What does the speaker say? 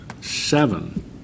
Seven